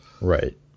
right